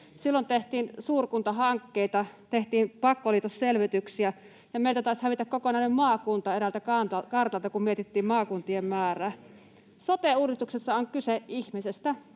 Silloin tehtiin suurkuntahankkeita, tehtiin pakkoliitosselvityksiä, ja meiltä taisi hävitä kokonainen maakunta eräältä kartalta, kun mietittiin maakuntien määrää. Sote-uudistuksessa on kyse ihmisestä.